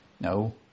No